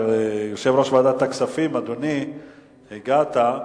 יושב-ראש ועדת הכספים, אדוני, הגעת.